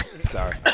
Sorry